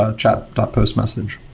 ah chat but postmessage,